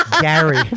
Gary